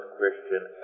Christian